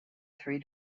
three